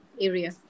area